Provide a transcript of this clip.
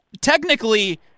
Technically